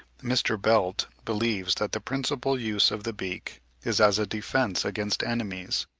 mr. belt believes that the principal use of the beak is as a defence against enemies,